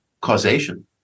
causation